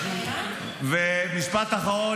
משפט אחרון,